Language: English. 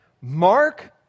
Mark